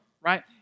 right